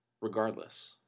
regardless